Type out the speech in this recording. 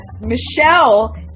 Michelle